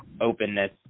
openness